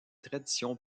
traditions